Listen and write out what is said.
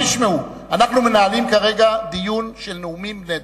תשמעו: אנחנו מנהלים כרגע דיון של נאומים בני דקה.